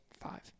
Five